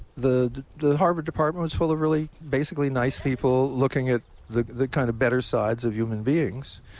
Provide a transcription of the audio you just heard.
the the harvard department was full of really basically nice people looking at the the kind of better sides of human beings.